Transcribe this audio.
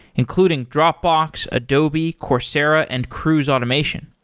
including dropbox, adobe, coursera and cruise automation.